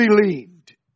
believed